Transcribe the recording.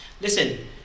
Listen